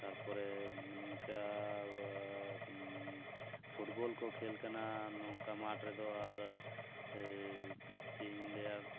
ᱛᱟᱨᱯᱚᱨᱮ ᱱᱤᱝᱠᱟᱹᱻ ᱯᱷᱩᱴᱵᱚᱞ ᱠᱚ ᱠᱷᱮᱞ ᱠᱟᱱᱟ ᱱᱚᱝᱠᱟ ᱢᱟᱴᱷ ᱨᱮᱫᱚ ᱟᱨ ᱪᱮᱫ ᱤᱧ ᱞᱟᱹᱭᱟ